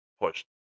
push